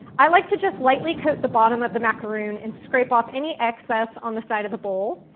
i like to just lightly coat the bottom of the macaroon and scrape off any excess on the side of the bowl,